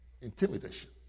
Intimidation